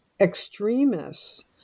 extremists